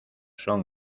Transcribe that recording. son